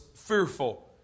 fearful